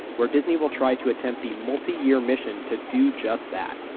where disney will try to attempt the multi year mission to do just that.